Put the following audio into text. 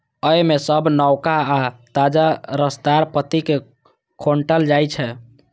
अय मे बस नवका आ ताजा रसदार पत्ती कें खोंटल जाइ छै